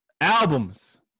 albums